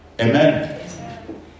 Amen